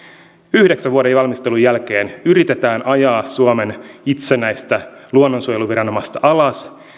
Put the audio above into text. yhdeksän vuoden valmistelun jälkeen yritetään ajaa suomen itsenäistä luonnonsuojeluviranomaista alas